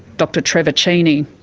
dr trevor cheney.